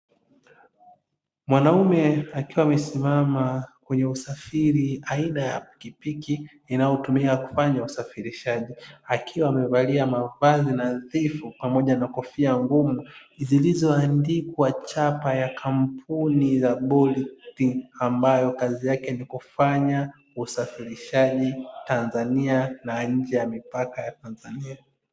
Mwanaume akiwa amesimama kwenye usafiri aina ya pikipiki inayotumika kufanya usafirishaji, akiwa amevalia mavazi nadhifu pamoja na kofia ngumu zilizoandikwa chapa ya kampuni za bolt, ambayo kazi yake ni kufanya usafirishaji tanzania na nje ya mipaka ya tanzania